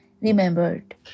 remembered